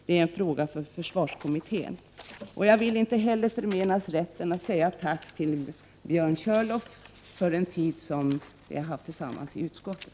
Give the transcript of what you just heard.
Det är en fråga för försvarskommittén. Jag hoppas vidare att jag inte förmenas möjligheten att säga ett tack till Björn Körlof för den tid som vi haft tillsammans i utskottet.